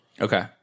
Okay